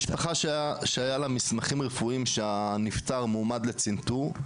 משפחה שהיו לה מסמכים רפואיים שהנפטר מועמד לצנתור,